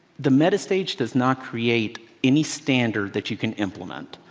the meta stage does not create any standard that you can implement.